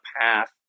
path